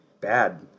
bad